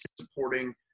supporting